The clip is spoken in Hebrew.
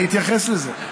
אני אתייחס לזה.